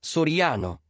Soriano